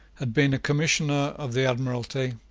had been a commissioner of the admiralty,